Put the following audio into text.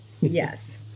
Yes